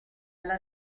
alla